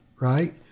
right